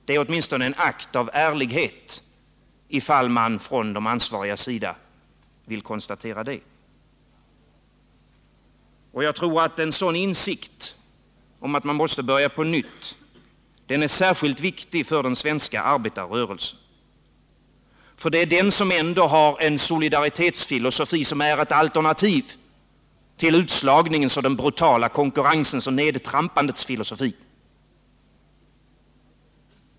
Det är åtminstone en akt av ärlighet av de ansvariga att konstatera det. En sådan insikt att man måste börja på nytt är särskilt viktig för den svenska arbetarrörelsen. Den har en solidaritetsfilosofi som är ett alternativ till utslagningens, den brutala konkurrensens och nedtrampandets filosofi.